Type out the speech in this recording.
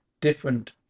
different